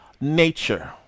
nature